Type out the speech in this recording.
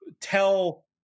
tell